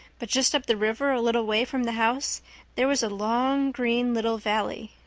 but just up the river a little way from the house there was a long green little valley,